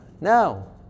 No